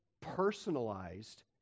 personalized